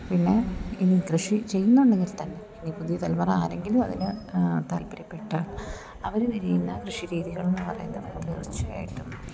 പിന്നെ ഇനി കൃഷി ചെയ്യുന്നുണ്ടെങ്കിൽ തന്നെ ഇനി പുതിയ തലമുറ ആരെങ്കിലും അതിന് താല്പര്യപ്പെട്ടാൽ അവർ തിരയുന്ന കൃഷിരീതികൾ എന്ന് പറയുന്നത് തീർച്ചയായിട്ടും